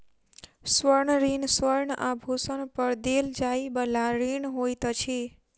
स्वर्ण ऋण स्वर्ण आभूषण पर देल जाइ बला ऋण होइत अछि